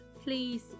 please